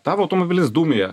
tavo automobilis dūmija